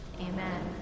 Amen